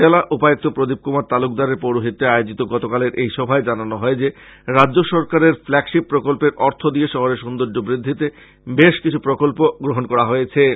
জেলা উপায়ুক্ত প্রদীপ কুমার তালুকদারের পৌরহিত্যে আয়োজিত গতকালের এই সভায় জানানো হয় যে রাজ্য সরকারের ফ্লাগশীপ প্রকল্পের অর্থ দিয়ে শহরের সুর্ন্দয বৃদ্ধিতে বেশ কিছু প্রকল্প গৃহিত হয়েছে